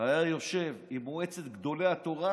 היה יושב עם מועצת גדולי התורה,